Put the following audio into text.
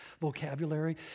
vocabulary